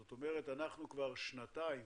זאת אומרת אנחנו כבר שנתיים